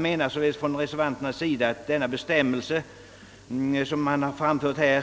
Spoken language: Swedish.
Reservanterna menar